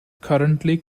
currently